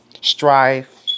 strife